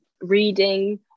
reading